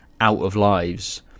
outoflives